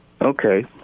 Okay